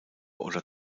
oder